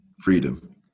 Freedom